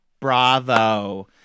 Bravo